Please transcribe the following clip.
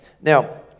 Now